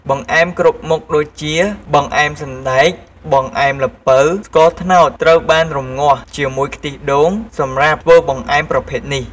បង្អែមគ្រប់មុខដូចជា បង្អែមសណ្តែក បង្អែមល្ពៅ ស្ករត្នោតត្រូវបានរំងាស់ជាមួយខ្ទិះដូង សម្រាប់ធ្វើបង្អែមប្រភេទនេះ។